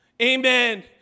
Amen